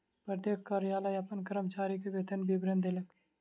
प्रत्येक कार्यालय अपन कर्मचारी के वेतन विवरण देलक